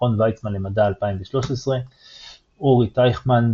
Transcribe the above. מכון ויצמן למדע 2013 אורי טייכמן,